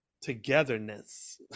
togetherness